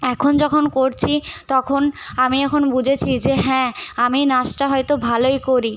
এখন যখন করছি তখন আমি এখন বুঝেছি যে হ্যাঁ আমি নাচটা হয়তো ভালোই করি